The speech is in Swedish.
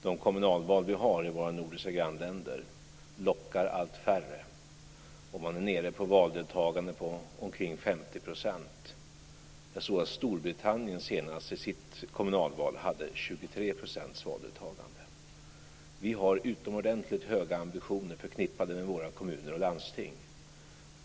De kommunalval man har i våra nordiska grannländer lockar allt färre. Man är nere på ett valdeltagande kring 50 %. Storbritannien hade i sitt senaste kommunalval 23 % valdeltagande. Vi har utomordentligt höga ambitioner förknippade med våra kommuner och landsting.